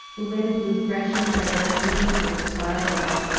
the wind blew fresh and fragrant from hayfields far away,